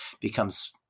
becomes